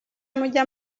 mujya